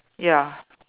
ya